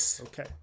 Okay